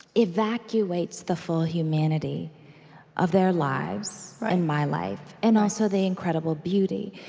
evacuates the full humanity of their lives, and my life, and also the incredible beauty.